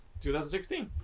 2016